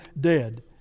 dead